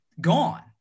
gone